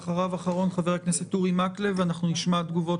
לאחריו אחרון חבר הכנסת אורי מקלב ונשמע תגובות